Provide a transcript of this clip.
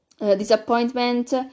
disappointment